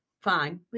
Fine